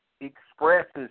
expresses